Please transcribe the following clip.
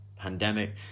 pandemic